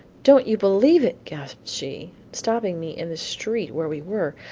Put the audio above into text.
don't you believe it, gasped she, stopping me in the street where we were.